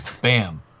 bam